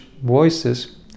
voices